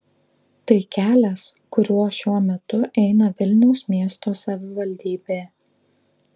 tai kelias kuriuo šiuo metu eina vilniaus miesto savivaldybė